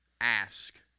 ask